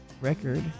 record